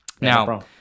Now